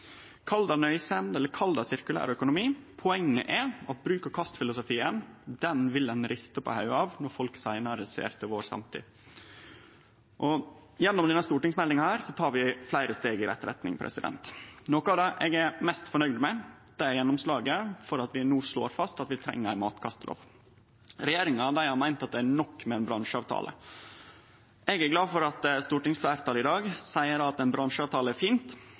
Kall det nøysemd, eller kall det sirkulær økonomi: Poenget er at bruk-og-kast-filosofien vil ein riste på hovudet av når folk seinare ser til vår samtid. Gjennom denne stortingsmeldinga tek vi fleire steg i rett retning. Noko av det eg er mest fornøgd med, er gjennomslaget for at vi no slår fast at vi treng ei matkastelov. Regjeringa har meint at det er nok med ein bransjeavtale. Eg er glad for at stortingsfleirtalet i dag seier at ein bransjeavtale er fint,